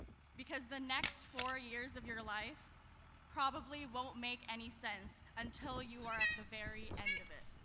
because the next four years of your life probably won't make any sense until you are at the very end of it.